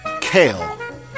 Kale